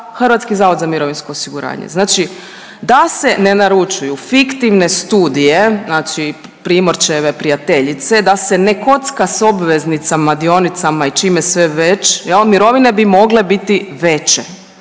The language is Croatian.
klijenata, a osniva ga HZMO, znači da se ne naručuju fiktivne studije znači Primorčeve prijateljice, da se ne kocka s obveznicama, dionicama i čime sve već jel mirovine bi mogle biti veće,